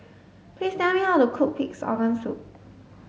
please tell me how to cook pig's organ soup